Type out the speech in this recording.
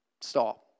stop